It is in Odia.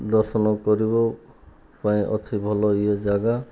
ଦର୍ଶନ କରିବ ପାଇଁ ଅଛି ଭଲ ୟେ ଯାଗା